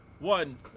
One